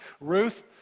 Ruth